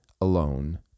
alone